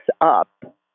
up